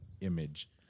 image